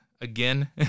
again